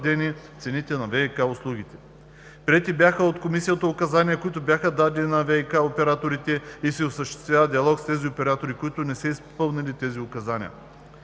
утвърдени цените на ВиК услугите. Приети бяха от Комисията указания, които бяха дадени на ВиК операторите и се осъществява диалог с тези оператори, които не са изпълнили тези указания.